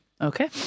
Okay